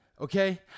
okay